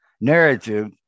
narrative